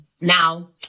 now